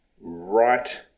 right